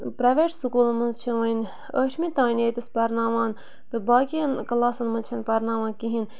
private سکوٗلَن منٛز چھِ وَنۍ ٲٹھمہِ تانۍ ییٚتِس پَرناوان تہٕ باقِیَن کَلاسَن منٛز چھِنہٕ پَرناوان کِہیٖنۍ